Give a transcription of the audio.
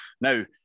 Now